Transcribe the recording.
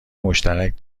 مشترک